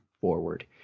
Forward